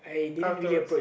outdoors